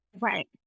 Right